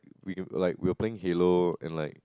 we don't like we were playing Halo and Like